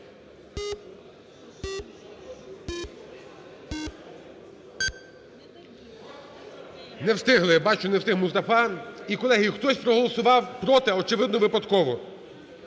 Не встигли. Я бачу, не встиг Мустафа. І, колеги, хтось проголосував "проти", очевидно, випадково.